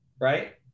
right